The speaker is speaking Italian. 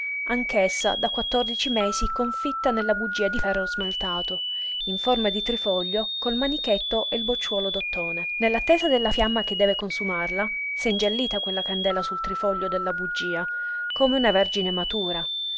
anch'essa da quattordici mesi confitta nella bugia di ferro smaltato in forma di trifoglio col manichetto e il bocciuolo d'ottone nell'attesa della fiamma che deve consumarla s'è ingiallita quella candela sul trifoglio della bugia come una vergine matura